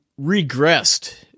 regressed